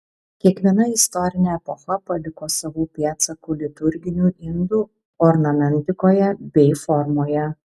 kiekviena istorinė epocha paliko savų pėdsakų liturginių indų ornamentikoje bei formoje